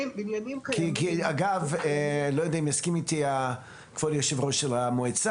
אני לא יודע אם יסכים איתי יושב ראש המועצה,